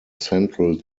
central